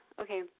Okay